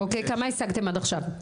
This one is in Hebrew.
אוקיי כמה השגתם עד עכשיו?